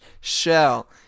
shell